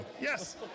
Yes